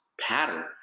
pattern